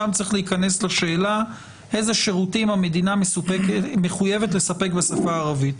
שם צריך להיכנס לשאלה איזה שירותים המדינה מחויבת לספק בשפה הערבית.